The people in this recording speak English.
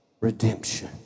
Redemption